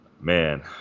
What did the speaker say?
man